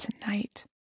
tonight